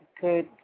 good